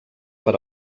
per